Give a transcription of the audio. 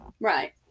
Right